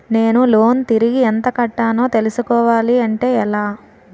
నేను లోన్ తిరిగి ఎంత కట్టానో తెలుసుకోవాలి అంటే ఎలా?